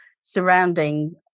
surrounding